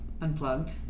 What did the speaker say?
Unplugged